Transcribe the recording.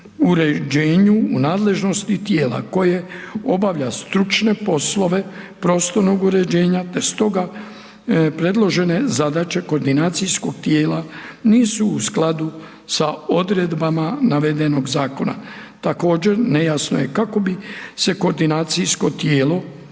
uređenju u nadležnosti tijela koje obavlja stručne poslove prostornog uređenja te stoga predložene zadaće koordinacijskog tijela nisu u skladu sa odredbama navedenog zakona. Također nejasno je kako bi se koordinacijsko tijelo